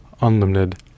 unlimited